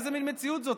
איזו מין מציאות זאת?